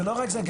זה לא רק זה.